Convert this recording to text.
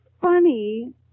funny